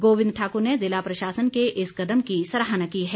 गोविंद ठाकुर ने जिला प्रशासन के इस कदम की सराहना की है